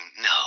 no